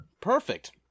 perfect